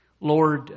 Lord